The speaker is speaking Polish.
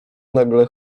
nagle